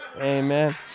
amen